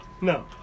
No